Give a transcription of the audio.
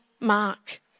mark